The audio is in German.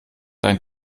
dein